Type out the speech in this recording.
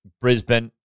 Brisbane